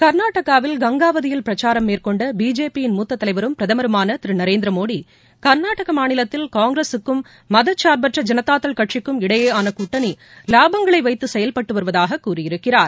கர்நாடகாவில் னங்காவதியில் பிரச்சாரம் மேற்கொண்ட பிஜேபி யின் மூத்த தலைவரும் பிரதமருமான திரு நரேந்திர மோடி கர்நாடக மாநிலத்தில் ஷங்கிரஸுக்கும் மதசார்பற்ற ஐனதாதள் கட்சிக்கும் இடையேயான கூட்டணிலாபங்களை வைத்து செயல்பட்டு வருவதாக கூறியிருக்கிறார்